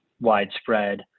widespread